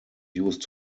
used